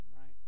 right